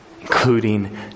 including